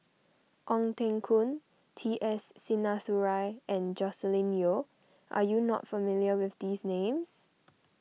Ong Teng Koon T S Sinnathuray and Joscelin Yeo are you not familiar with these names